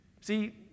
See